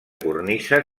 cornisa